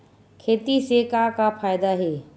खेती से का का फ़ायदा हे?